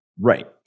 Right